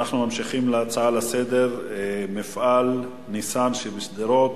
אנחנו ממשיכים בהצעות לסדר-היום בנושא: מפעל "ניסן" בשדרות